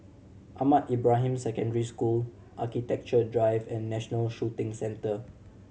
Ahmad Ibrahim Secondary School Architecture Drive and National Shooting Centre